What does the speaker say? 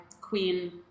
queen